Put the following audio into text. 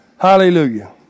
Hallelujah